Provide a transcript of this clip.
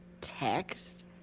text